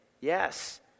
yes